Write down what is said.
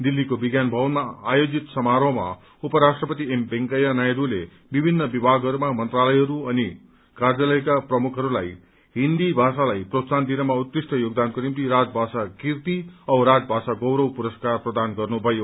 दिल्लीको विज्ञान भवनमा आयोजित समारोहमा उपराष्ट्रपति एम वेंकैया नायड्रले विभिन्न विभागहरू मन्त्रालयहरू अनि कार्यालयका प्रमुखहरूलाई हिन्दी भाषालाई प्रोत्साहन दिनमा उत्कृष्ट योगदानको निम्ति राजभाषा कीर्ति औ राजभाषा गौरव पुरस्कार प्रदान गर्नुभयो